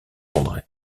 andré